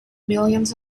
millions